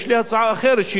ויש לי הצעה אחרת,